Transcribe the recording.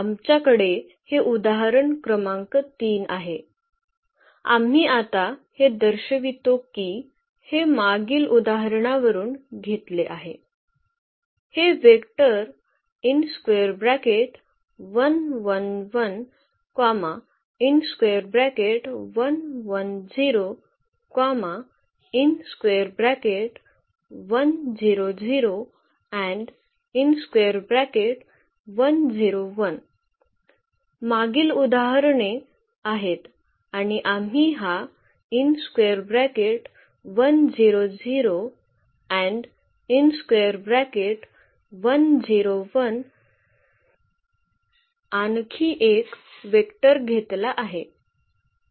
आमच्याकडे हे उदाहरण क्रमांक 3 आहे आम्ही आता हे दर्शवितो की हे मागील उदाहरणावरून घेतले आहे हे वेक्टर मागील उदाहरणे आहेत आणि आम्ही हा आणखी एक वेक्टर घेतला आहे